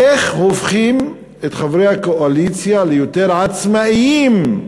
איך הופכים את חברי הקואליציה ליותר עצמאים